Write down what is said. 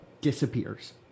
disappears